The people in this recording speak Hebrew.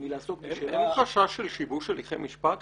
מלעסוק בשאלה --- אין חשש לשיבוש הליכי משפט?